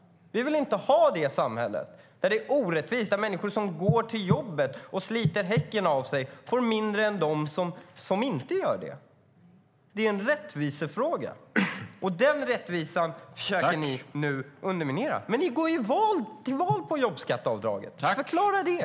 Vi vill inte ha det samhället. Det är orättvist. Människor som går till jobbet och sliter häcken av sig får mindre än de som inte gör det. Det är en rättvisefråga. Den rättvisan försöker ni underminera. Men ni går till val på jobbskatteavdraget. Förklara det!